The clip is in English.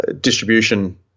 distribution